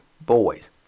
boys